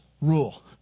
Rule